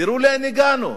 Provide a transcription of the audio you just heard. תראו לאן הגענו,